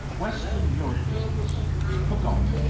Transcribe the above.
western europeans forgot,